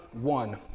one